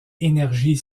énergie